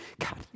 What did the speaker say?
God